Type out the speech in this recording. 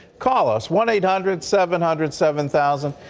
call us, one eight hundred seven hundred seven thousand.